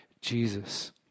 Jesus